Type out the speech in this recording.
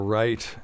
right